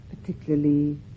particularly